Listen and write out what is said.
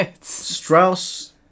Strauss